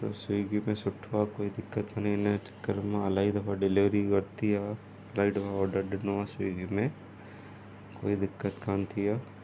त स्विगी में सुठो आहे कोई दिक़त कोन्हे हिन जे चकर मां इलाही दफ़ा डिलीवरी वती आहे इलाही दफ़ा ऑडर ॾिनो आहे स्विगी में कोई दिक़त कोन थी आहे